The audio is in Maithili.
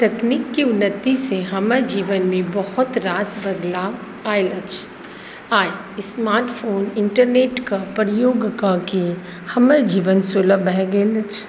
तकनीकके उन्नतिसँ हमर जीवनमे बहुत रास बदलाव आएल अछि आइ स्मार्ट फोन इन्टरनेटके प्रयोग कऽ कऽ हमर जीवन सुलभ भऽ गेल अछि